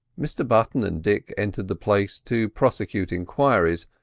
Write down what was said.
mr button and dick entered the place to prosecute enquiries,